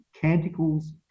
canticles